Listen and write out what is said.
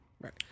Right